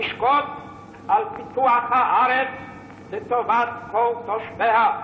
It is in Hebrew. תשקוד על פיתוח הארץ לטובת כל תושביה,